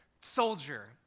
soldier